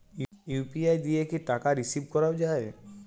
UPI দিয়ে কি টাকা রিসিভ করাও য়ায়?